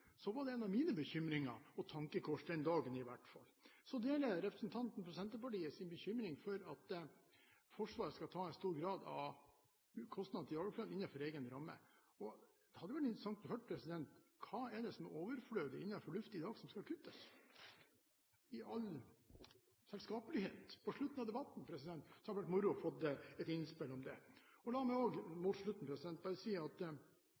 så opptatt av operativ evne, var dette en av mine bekymringer og tankekors – i hvert fall den dagen. Jeg deler representanten fra Senterpartiets bekymring over at Forsvaret skal ta en stor grad av kostnadene til det overflødige innenfor egen ramme. Det hadde vært interessant å høre: Hva er det som er «overflødig» innenfor luftfart i dag som skal kuttes? I all selskapelighet, på slutten av debatten, hadde det vært moro å få et innspill om det. La meg også mot slutten bare si at